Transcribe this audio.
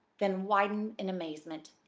then widened in amazement.